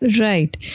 Right